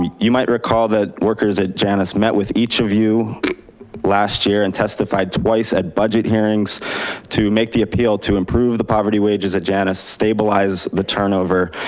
you might recall that workers at janus met with each of you last year and testified twice at budget hearings to make the appeal to improve the poverty wages at janus, stabilize the turnover,